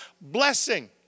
blessing